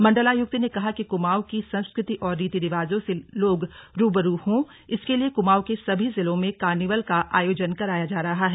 मंडलायुक्त ने कहा कि कुमांऊ की संस्कृति और रिति रिवाजों से लोग रूबरू हों इसके लिए कुमाऊं के सभी जिलों में कार्निवाल का आयोजन कराया जा रहा है